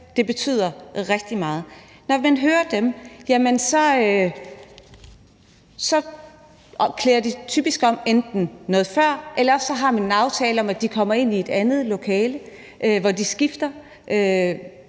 det betyder rigtig meget – hører jeg, at de typisk klæder om enten noget før eller også har en aftale om, at de kommer ind i et andet lokale, hvor de skifter